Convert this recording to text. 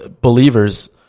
believers